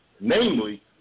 namely